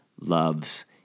love's